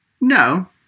No